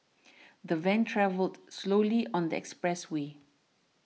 the van travelled slowly on the expressway